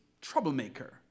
troublemaker